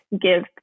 give